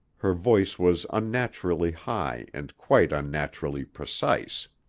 her voice was unnaturally high and quite unnaturally precise.